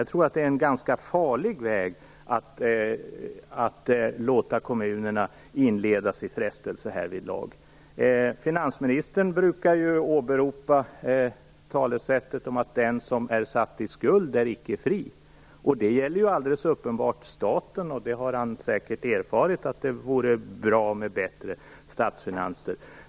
Jag tror att det är en ganska farlig väg att låta kommunerna inledas i frestelse härvidlag. Finansministern brukar ju åberopa talesättet att den som är satt i skuld icke är fri. Det är gäller ju alldeles uppenbart staten. Han har säkert erfarit att det vore bra med bättre statsfinanser.